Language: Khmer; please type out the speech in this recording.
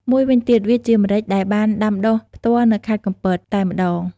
មួយវិញទៀត វាជាម្រេចដែលបានដាំដុះផ្ទាល់នៅខេត្តកំពតតែម្ដង។